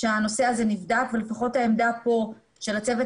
שהנושא הזה נבדק ולפחות העמדה פה של הצוות